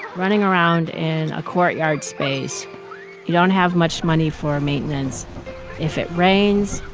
running around in a courtyard space you don't have much money for maintenance if it rains,